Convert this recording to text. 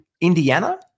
Indiana